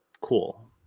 cool